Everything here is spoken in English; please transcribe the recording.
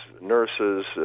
nurses